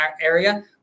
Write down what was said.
area